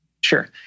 Sure